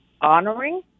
honoring